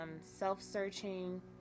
self-searching